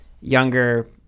younger